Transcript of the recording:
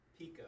Pika